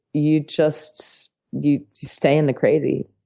you just you stay in the crazy.